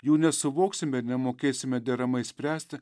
jų nesuvoksime ir nemokėsime deramai spręsti